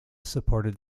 supported